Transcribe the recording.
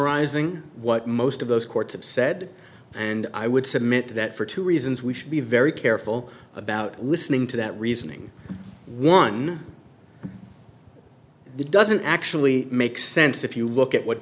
summarizing what most of those courts have said and i would submit that for two reasons we should be very careful about listening to that reasoning won the doesn't actually make sense if you look at what